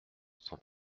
s’en